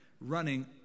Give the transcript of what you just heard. running